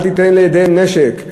אל תיתן לידיהם נשק,